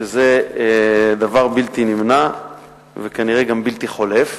שזה דבר בלתי נמנע וכנראה גם בלתי חולף,